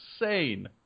insane